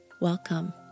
Welcome